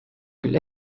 küll